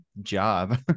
job